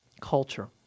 culture